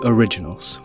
Originals